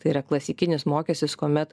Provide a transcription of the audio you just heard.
tai yra klasikinis mokestis kuomet